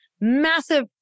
massive